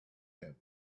him